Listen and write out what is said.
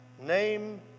name